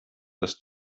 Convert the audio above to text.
dass